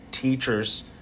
teachers